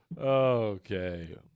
Okay